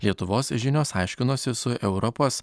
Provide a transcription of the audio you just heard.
lietuvos žinios aiškinosi su europos